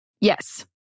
Yes